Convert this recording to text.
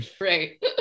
right